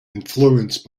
influenced